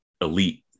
elite